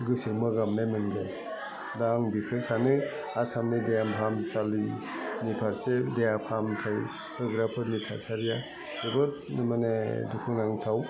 गोसो मोगाबनाय मोनगोन दा आं बिखो सानो आसामनि देहा फाहामसालिनि फारसे देहा फाहामथाइ होग्राफोरनि थासारिया जोबोद माने दुखु नांथाव